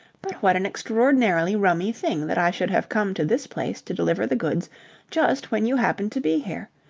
but what an extraordinarily rummy thing that i should have come to this place to deliver the goods just when you happened to be here.